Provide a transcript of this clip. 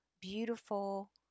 beautiful